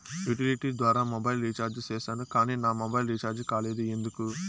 Utility ద్వారా mobile recharge సేసాను కానీ నా మొబైల్ రీచార్జి కాలేదు ఎందుకు?